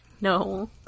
no